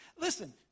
Listen